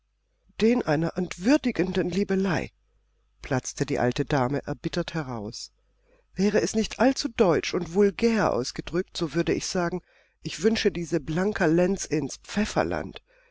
den einer entwürdigenden liebelei platzte die alte dame erbittert heraus wäre es nicht allzu deutsch und vulgär ausgedrückt so würde ich sagen ich wünsche diese blanka lenz ins